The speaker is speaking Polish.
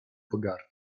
pogardy